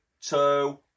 two